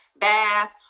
bath